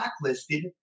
blacklisted